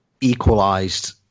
equalised